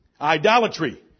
Idolatry